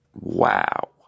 wow